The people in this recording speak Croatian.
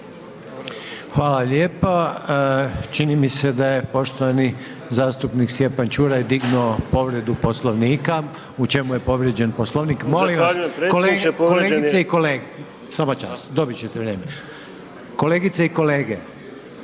Hvala lijepa. Čini mi se da je poštovani zastupnik Stjepan Ćuraj dignuo povredu Poslovnika. U čemu je povrijeđen Poslovnik? Molim vas, kolegice i kolege hajdmo dopustiti kolegi